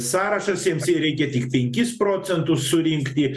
sąrašas jiems reikia tik penkis procentus surinkti